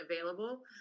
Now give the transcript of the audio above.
available